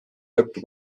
lõppu